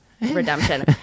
redemption